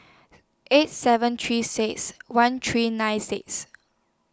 eight seven three six one three nine six